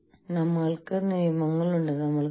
വ്യാപാര നയങ്ങൾ തുറന്നു